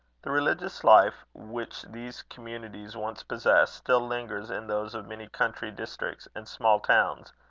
the religious life which these communities once possessed, still lingers in those of many country districts and small towns,